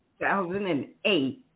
2008